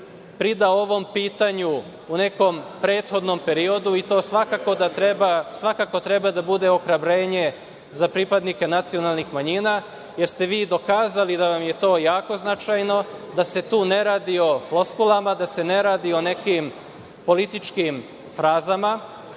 pridao ovom pitanju u nekom prethodnom periodu i to svakako treba da bude ohrabrenje za pripadnike nacionalnih manjina jer ste vi dokazali da vam je to jako značajno, da se tu ne radi o floskulama, da se ne radi o nekim političkim frazama,